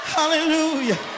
Hallelujah